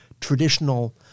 traditional